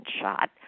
shot